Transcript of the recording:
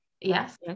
yes